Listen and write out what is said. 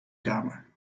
kamer